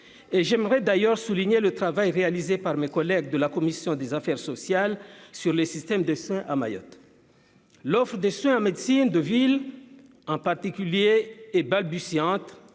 j'aimerais d'ailleurs souligné le travail réalisé par mes collègues de la commission des affaires sociales sur les systèmes de Saint-à Mayotte l'offrent des soeurs en médecine de ville en particulier et balbutiante